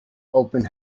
open